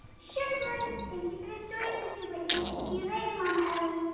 sure, blynn. thank you for the stories, mr. whitner. see you later, mama ellie.